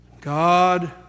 God